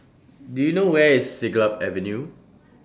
Do YOU know Where IS Siglap Avenue